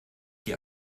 die